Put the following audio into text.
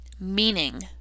meaning